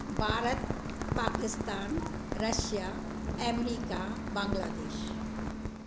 Bharat Pakistan Russia America Bangladesh